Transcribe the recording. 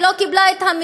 היא לא קיבלה את המידע,